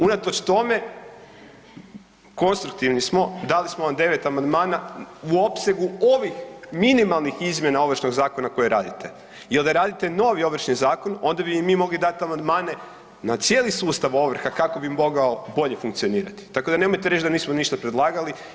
Unatoč tome, konstruktivni smo, dali smo vam 9 amandmana u opsegu ovih minimalnih izmjena Ovršnog zakona koji radite jel da radite novi Ovršni zakon onda bi i mi mogli dat amandmane na cijeli sustav ovrha kako bi mogao bolje funkcionirati, tako da nemojte reć da nismo ništa predlagali.